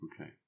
Okay